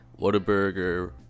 Whataburger